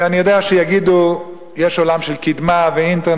אני יודע שיגידו: יש עולם של קידמה ואינטרנט.